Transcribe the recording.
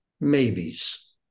maybes